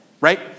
right